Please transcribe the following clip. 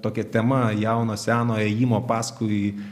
tokia tema jau nuo seno ėjimo paskui